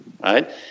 right